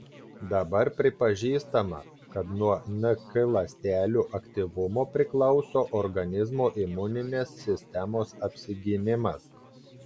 dabar pripažįstama kad nuo nk ląstelių aktyvumo priklauso organizmo imuninės sistemos apsigynimas